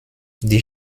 die